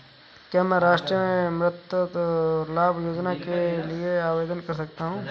क्या मैं राष्ट्रीय मातृत्व लाभ योजना के लिए आवेदन कर सकता हूँ?